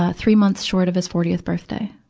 ah three months short of his fortieth birthday.